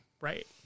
Right